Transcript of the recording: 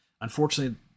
Unfortunately